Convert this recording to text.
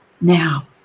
now